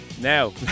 Now